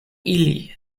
ili